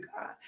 God